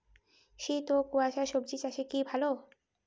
শীত ও কুয়াশা স্বজি চাষে কি ভালো?